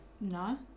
No